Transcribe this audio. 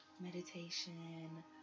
meditation